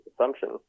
assumption